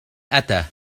أتى